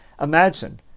imagine